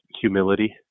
humility